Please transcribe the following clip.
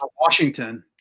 Washington